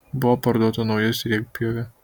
buvo parduota nauja sriegpjovė